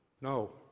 No